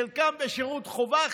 חלקם בשירות חובה,